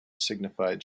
signified